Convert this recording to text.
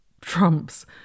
trump's